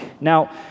Now